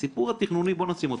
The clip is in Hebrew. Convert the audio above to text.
את הסיפור התכנוני בוא נשים בצד.